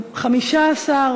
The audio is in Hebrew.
התשע"ד 2014,